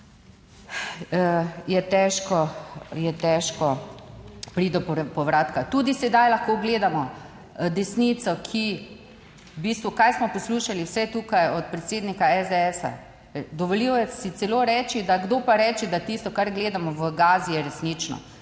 je težko priti do povratka. Tudi sedaj lahko gledamo desnico, ki, v bistvu, kaj smo poslušali vse tukaj od predsednika SDS, dovolijo si celo reči, da kdo pa reče, da tisto, kar gledamo v Gazi, je resnično,